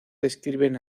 describen